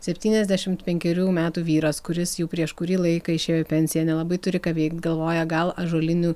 septyniasdešimt penkerių metų vyras kuris jau prieš kurį laiką išėjo į pensiją nelabai turi ką veikti galvoja gal ąžuolinių